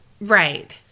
right